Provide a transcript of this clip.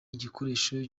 igikoresho